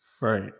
right